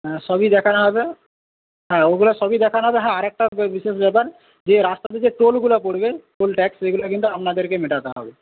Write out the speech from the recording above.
হ্যাঁ সবই দেখানো হবে হ্যাঁ ওগুলো সবই দেখানো হবে হ্যাঁ আরেকটা বিশেষ ব্যাপার যে রাস্তাতে যে টোলগুলো পড়বে টোল ট্যাক্স সেগুলো কিন্তু আপনাদেরকে মেটাতে হবে